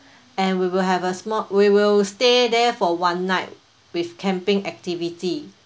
and we will have a small we will stay there for one night with camping activity